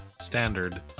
standard